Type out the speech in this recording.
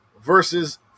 versus